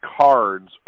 cards